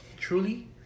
truly